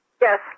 Yes